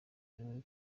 niwe